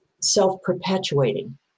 self-perpetuating